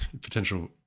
Potential